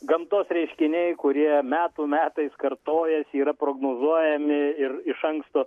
gamtos reiškiniai kurie metų metais kartojasi yra prognozuojami ir iš anksto